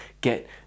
get